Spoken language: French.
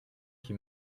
qui